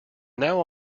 now